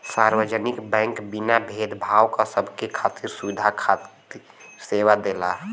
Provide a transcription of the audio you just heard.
सार्वजनिक बैंक बिना भेद भाव क सबके खातिर सुविधा खातिर सेवा देला